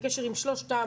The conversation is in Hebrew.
אני בקשר עם שלושתם,